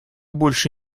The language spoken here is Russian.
больше